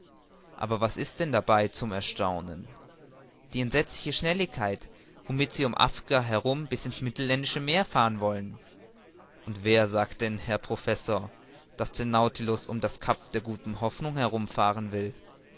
aber was ist denn dabei zum erstaunen die entsetzliche schnelligkeit womit sie um afrika herum bis in's mittelländische meer fahren wollen und wer sagt denn herr professor daß der nautilus um das cap der guten hoffnung herum fahren will